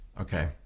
Okay